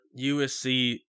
USC